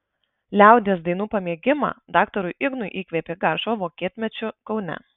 liaudies dainų pamėgimą daktarui ignui įkvėpė garšva vokietmečiu kaune